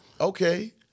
Okay